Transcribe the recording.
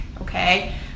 okay